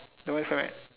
don't want friend right